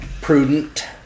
prudent